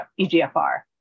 EGFR